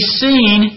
seen